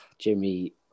Jimmy